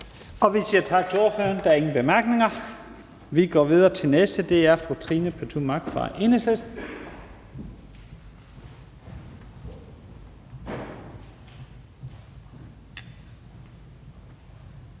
Vi siger tak til ordføreren. Der er ingen korte bemærkninger. Vi går videre til næste ordfører, og det er fru Trine Pertou Mach fra Enhedslisten.